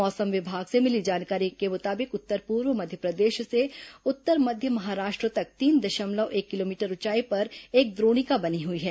मौसम विभाग से मिली जानकारी के मुताबिक उत्तर पूर्व मध्यप्रदेश से उत्तर मध्य महाराष्ट्र तक तीन दशमलव एक किलोमीटर ऊंचाई पर एक द्रोणिका बनी हुई है